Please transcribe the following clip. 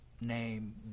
name